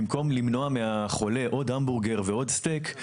במקום למנוע מהחולה עוד המבורגר ועוד סטייק,